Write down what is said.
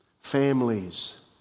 families